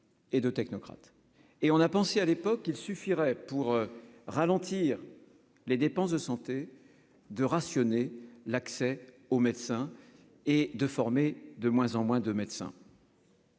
et on a pensé à l'époque, il suffirait pour ralentir les dépenses de santé de rationner l'accès aux médecins et de former, de moins en moins de médecin.